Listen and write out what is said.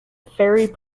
fairy